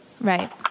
right